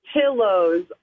pillows